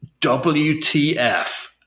WTF